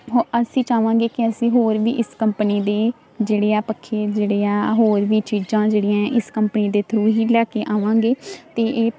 ਹਾਂ ਅਸੀਂ ਚਾਵਾਂਗੇ ਕਿ ਅਸੀਂ ਹੋਰ ਵੀ ਇਸ ਕੰਪਨੀ ਦੀ ਜਿਹੜੇ ਆ ਪੱਖੇ ਜਿਹੜੇ ਆ ਹੋਰ ਵੀ ਚੀਜ਼ਾਂ ਜਿਹੜੀਆਂ ਇਸ ਕੰਪਨੀ ਦੇ ਥਰੂ ਹੀ ਲੈ ਕੇ ਆਵਾਂਗੇ ਅਤੇ ਇਹ